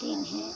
दिन हैं